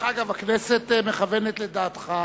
דרך אגב, הכנסת מכוונת לדעתך,